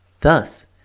Thus